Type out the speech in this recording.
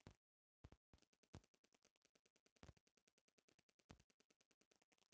जंगल के सुखल लकड़ी काट के ओकरा से सामान बनावल जाता